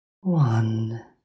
one